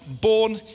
born